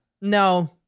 no